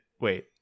wait